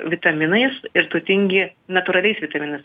vitaminais ir turtingi natūraliais vitaminais